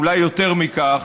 אולי יותר מכך,